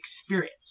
experience